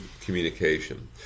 communication